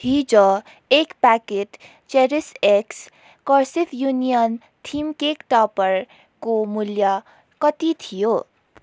हिज एक प्याकेट चेरिस एक्स कर्सिव युनियन थिम केक टप्परको मूल्य कति थियो